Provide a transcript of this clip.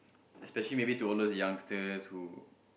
especially maybe to all those youngsters who